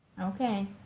Okay